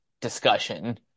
discussion